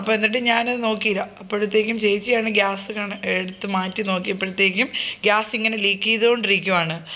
അപ്പോള് എന്നിട്ടും ഞാനത് നോക്കിയില്ല അപ്പോഴത്തേക്കും ചേച്ചിയാണ് ഗ്യാസ് എടുത്ത് മാറ്റി നോക്കിയപ്പോഴത്തേക്കും ഗ്യാസിങ്ങനെ ലീക്ക്യ്തോണ്ടിരിക്കുവാണ്